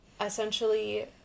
essentially